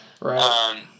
Right